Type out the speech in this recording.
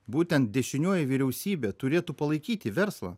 būtent dešinioji vyriausybė turėtų palaikyti verslą